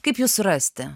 kaip jus surasti